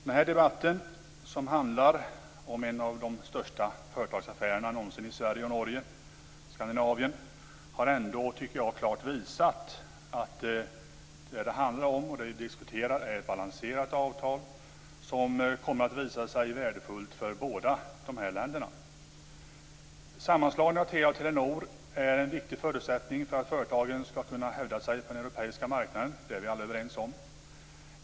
Fru talman! Den här debatten handlar om en av de största företagsaffärerna någonsin i Sverige och Norge, i Skandinavien. Den har klart visat, tycker jag, att vad det handlar om, det vi diskuterar, är ett balanserat avtal som kommer att visa sig värdefullt för båda länderna. Sammanslagningen av Telia och Telenor är en viktig förutsättning för att företagen skall kunna hävda sig på den europeiska marknaden. Det är vi alla överens om.